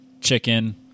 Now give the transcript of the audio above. chicken